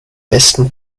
besten